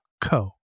co